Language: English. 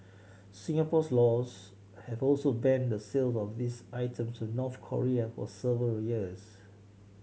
Singapore's laws have also banned the sales of these items to North Korea for several years